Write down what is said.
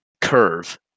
curve